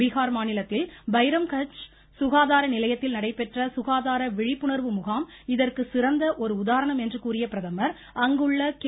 பீகார் மாநிலத்தில் பைரவ்கன்ச் சுகாதார நிலையத்தில் நடைபெற்ற சுகாதார விழிப்புணர்வு முகாம் இதற்கு சிறந்த ஒரு உதாரணம் என்று கூறிய பிரதமர் அங்குள்ள கே